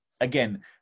Again